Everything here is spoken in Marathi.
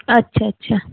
अच्छा अच्छा